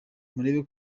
murebe